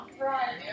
Right